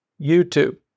YouTube